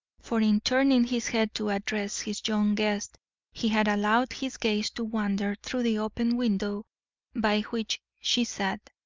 for in turning his head to address his young guest he had allowed his gaze to wander through the open window by which she sat,